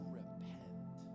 repent